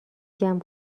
جمع